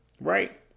right